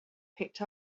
picked